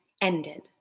ended